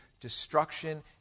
destruction